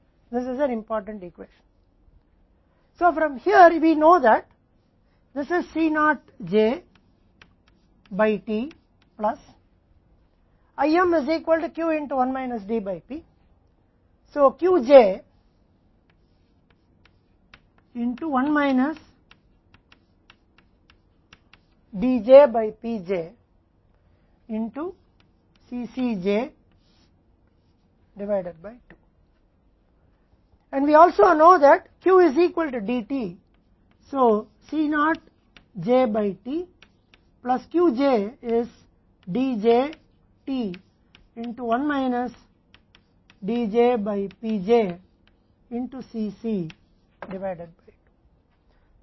इसलिए यहाँ से हम जानते हैं कि यह C naught j by T IM बराबर Q 1 D बाय P इसलिए Qj 1 D j by P j Cc divided by 2 और हम यह भी जानते हैं कि Q DT के बराबर है इसलिए C naught j by T plus Q j है dj T 1 minus D j by P j C c divided by 2